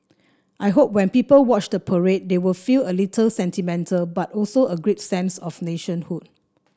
I hope when people watch the parade they will feel a little sentimental but also a great sense of nationhood